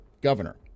governor